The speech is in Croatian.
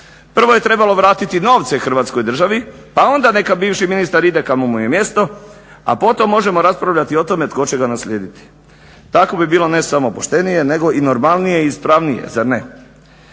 Prvo je trebalo vratiti novce Hrvatskoj državi pa onda neka bivši ministar ide kamo mu je i mjesto, a potom možemo raspravljati o tko će ga naslijediti. Tako bi bilo, ne samo poštenije, nego i normalnije i ispravnije, zar ne?